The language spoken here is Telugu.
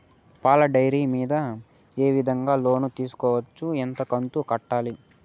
పాల డైరీ మీద ఏ విధంగా లోను తీసుకోవచ్చు? ఎంత కంతు కట్టాలి?